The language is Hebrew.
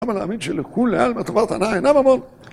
למה להאמין שלכולא עלמא טובת הנאה אינה ממון?